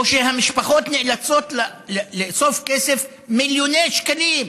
או שהמשפחות נאלצות לאסוף כסף, מיליוני שקלים,